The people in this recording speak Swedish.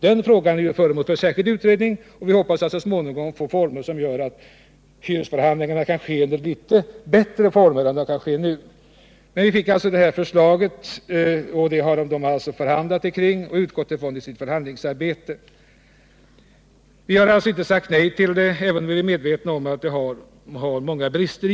Denna fråga är föremål för särskild utredning, och vi hoppas att den så småningom får former som gör att hyresförhandlingarna kan ske under litet bättre former än i dag. Vi fick emellertid det föreliggande förslaget, och vid förhandlingsarbetet har man utgått från detta. Vi har alltså inte sagt nej till förslaget, även om vi är medvetna om att det i och för sig har många brister.